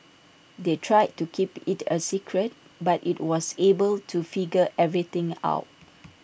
they tried to keep IT A secret but he was able to figure everything out